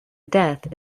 death